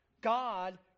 God